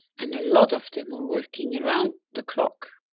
and a lot of them are working around the clock.